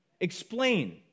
explain